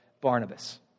barnabas